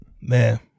Man